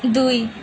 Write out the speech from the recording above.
ଦୁଇ